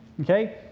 Okay